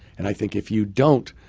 and i think if you don't,